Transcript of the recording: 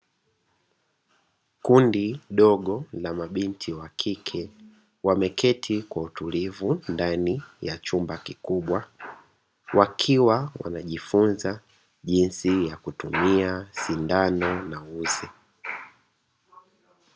Kundi dogo lla mabinti wa kike wameketi kwa utulivu ndani ya chumba kikubwa, wakiwa wanajifunza jinsi ya kutumia sindano na uzi.